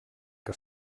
que